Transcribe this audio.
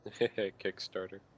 Kickstarter